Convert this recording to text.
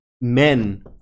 Men